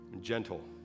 gentle